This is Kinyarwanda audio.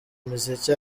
imiziki